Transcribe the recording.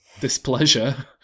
Displeasure